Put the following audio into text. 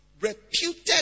reputed